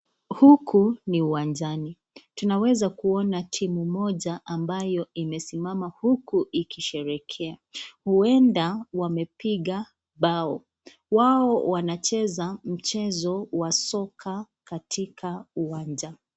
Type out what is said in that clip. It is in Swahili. Huku ni uwanjani. Tunaeza kuona timu moja ambayo imesimama huku ikisherehekea. Huwenda wamepiga bao. Wao wanacheza mchezo wa soka katika uwanja.